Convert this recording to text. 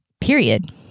period